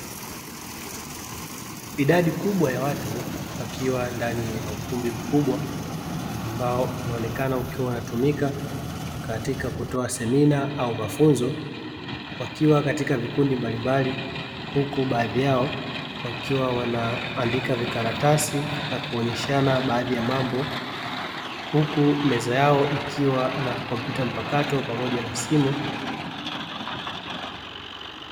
Idadi kubwa ya watu wakiwa ndani ya ukumbi mkubwa, ambao unaonekana ukiwa unatumika katika kutoa semina au mafunzo, wakiwa katika vikundi mbalimbali, huku baadhi yao wakiwa wanaandika vikaratasi na kuonyeshana baadhi ya mambo, huku meza yao ikiwa na kompyuta mpakato pamoja na simu.